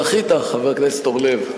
זכית, חבר הכנסת אורלב.